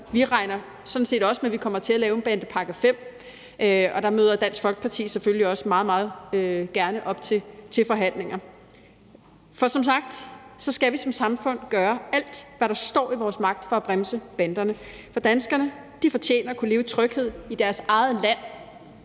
Vi regner sådan set med, at vi også kommer til at lave en bandepakke nr. 5. Der møder Dansk Folkeparti selvfølgelig også meget gerne op til forhandlinger. For som sagt skal vi som samfund gøre alt, hvad der står i vores magt, for at bremse banderne. For danskerne fortjener at kunne leve i tryghed i deres eget land,